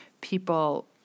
people